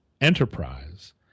enterprise